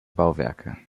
bauwerke